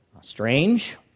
strange